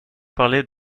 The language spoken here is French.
parler